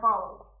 follows